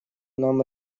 нам